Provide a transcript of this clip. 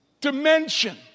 dimension